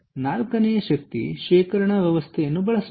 ನಾಲ್ಕನೆಯದು ಶಕ್ತಿ ಶೇಖರಣಾ ವ್ಯವಸ್ಥೆಯನ್ನು ಬಳಸುವುದು